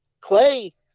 Clay